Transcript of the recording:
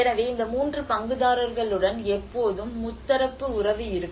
எனவே இந்த 3 பங்குதாரர்களுடன் எப்போதும் முத்தரப்பு உறவு இருக்கும்